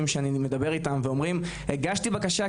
שאני מדבר איתם ואומרים הגשתי בקשה,